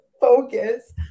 Focus